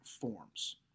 forms